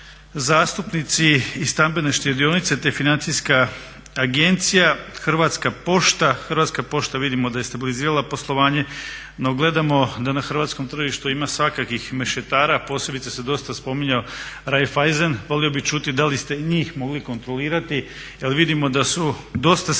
Hrvatska pošta vidimo da je stabilizirala poslovanje no gledamo da na hrvatskom tržištu ima svakakvih mešetara, posebice se dosta spominjao Raiffeisen. Volio bih čuti da li ste i njih mogli kontrolirati jer vidimo da su dosta se igrali